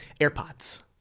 AirPods